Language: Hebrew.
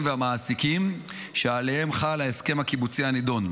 והמעסיקים שעליהם חל ההסכם הקיבוצי הנדון,